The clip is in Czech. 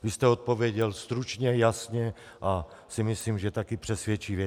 Vy jste odpověděl stručně, jasně, a myslím si, že tady přesvědčivě.